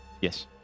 Yes